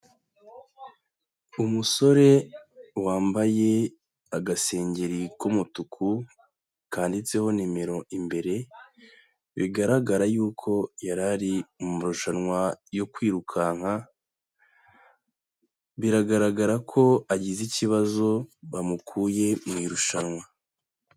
Umusore wambaye agasengeri k'umutuku kanditseho nimero imbere, bigaragara yuko yari ari mu marushanwa yo kwirukanka, biragaragara ko agize ikibazo, bamukuye mu irushanwa.